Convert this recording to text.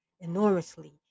enormously